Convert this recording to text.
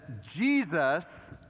Jesus